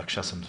בבקשה, סונדוס.